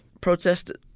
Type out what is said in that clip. protested